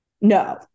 No